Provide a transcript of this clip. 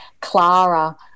Clara